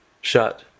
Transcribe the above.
shut